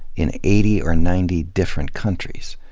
in eighty or ninety different countries.